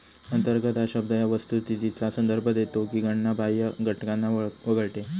अंतर्गत हा शब्द या वस्तुस्थितीचा संदर्भ देतो की गणना बाह्य घटकांना वगळते